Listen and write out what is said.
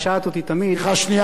אחרי אורי אורבך,